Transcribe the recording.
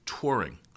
touring